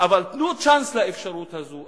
אבל תנו צ'אנס לאפשרות הזאת,